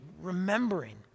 remembering